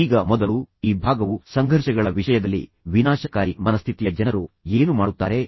ಈಗ ಮೊದಲು ಈ ಭಾಗವು ಸಂಘರ್ಷಗಳ ವಿಷಯದಲ್ಲಿ ವಿನಾಶಕಾರಿ ಮನಸ್ಥಿತಿಯ ಜನರು ಏನು ಮಾಡುತ್ತಾರೆ